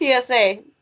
PSA